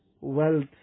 wealth